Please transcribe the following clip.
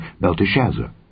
Belteshazzar